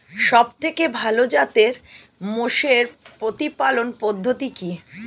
সবথেকে ভালো জাতের মোষের প্রতিপালন পদ্ধতি কি?